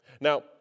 Now